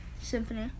symphony